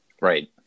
right